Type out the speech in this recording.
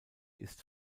ist